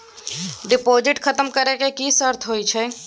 Deposit खतम करे के की सर्त होय छै?